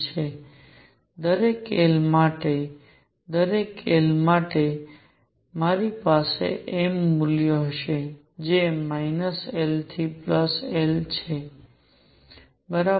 અને દરેક l માટે દરેક l માટે મારી પાસે m મૂલ્યો હશે જે માઇનસ l થી l છે બરાબર